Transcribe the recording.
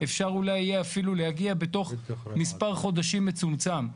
אפשר אולי יהיה אפילו להגיע בתוך מספר חודשים מצומצם.